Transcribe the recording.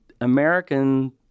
American